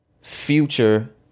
Future